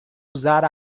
usar